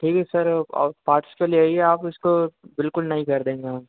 ठीक है सर औ और पार्ट्स तो ले आइए आप इसको बिल्कुल नई कर देंगे हम